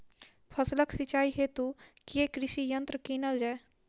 फसलक सिंचाई हेतु केँ कृषि यंत्र कीनल जाए?